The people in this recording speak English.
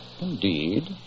Indeed